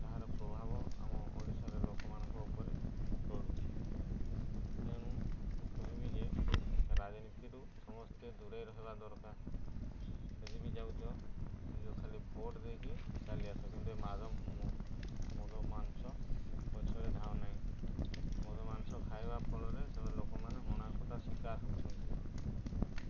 ତାହାର ପ୍ରଭାବ ଆମ ଓଡ଼ିଶାରେ ଲୋକମାନଙ୍କ ଉପରେ ପଡ଼ୁଛି ତେଣୁ ମୁଁ କହିବି ଯେ ରାଜନୀତିରୁ ସମସ୍ତେ ଦୂରେଇ ରହିବା ଦରକାର ଯଦ ବି ଯାଉଚ ନିଜ ଖାଲି ଭୋଟ ଦେଇକି ଚାଲି ଆସ କିନ୍ତୁ ଏ ମଦ ମାଂସ ପଛରେ ଧାଅଁ ନାଇଁ ମଦ ମାଂସ ଖାଇବା ଫଳରେ ସେମାନେ ଲୋକମାନେ ହଣାକଟା ଶିକାର ହେଉଛନ୍ତି